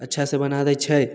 अच्छासँ बना दै छै